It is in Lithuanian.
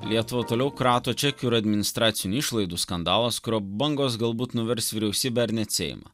lietuvą toliau krato čekių ir administracinių išlaidų skandalas kurio bangos galbūt nuvers vyriausybę ar net seimą